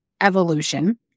evolution